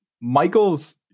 Michaels